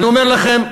אני אומר לכם: